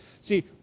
See